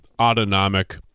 autonomic